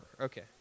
Okay